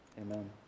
amen